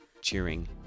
cheering